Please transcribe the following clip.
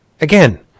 again